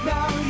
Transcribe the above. Now